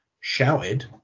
shouted